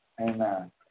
Amen